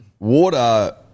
Water